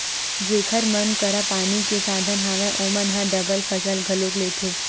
जेखर मन करा पानी के साधन हवय ओमन ह डबल फसल घलोक लेथे